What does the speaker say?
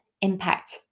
impact